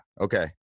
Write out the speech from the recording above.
okay